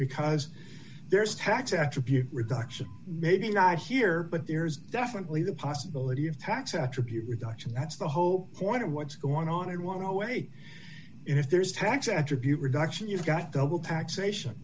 because there's tax attribute reduction maybe not here but there's definitely the possibility of tax attribute reduction that's the whole point of what's going on it won't go away if there's tax attribute reduction you've got double taxation